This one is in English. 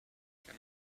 can